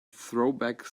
throwback